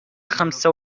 خمسة